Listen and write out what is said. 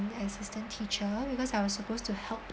assistant teacher because I was supposed to help